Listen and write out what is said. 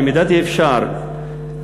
במידת האפשר,